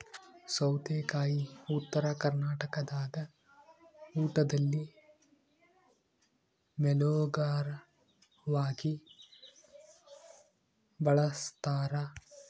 ಸೌತೆಕಾಯಿ ಉತ್ತರ ಕರ್ನಾಟಕದಾಗ ಊಟದಲ್ಲಿ ಮೇಲೋಗರವಾಗಿ ಬಳಸ್ತಾರ